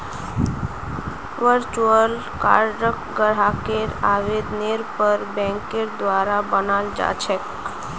virtual कार्डक ग्राहकेर आवेदनेर पर बैंकेर द्वारा बनाल जा छेक